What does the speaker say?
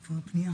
גפני,